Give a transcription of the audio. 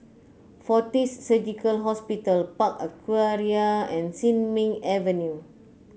Fortis Surgical Hospital Park Aquaria and Sin Ming Avenue